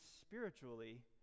spiritually